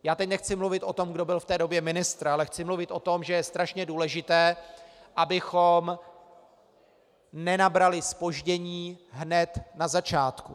Já teď nechci mluvit o tom, kdo byl v té době ministr, ale chci mluvit o tom, že je strašně důležité, abychom nenabrali zpoždění hned na začátku.